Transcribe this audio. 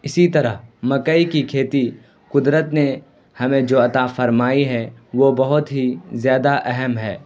اسی طرح مکئی کی کھیتی قدرت نے ہمیں جو عطا فرمائی ہے وہ بہت ہی زیادہ اہم ہے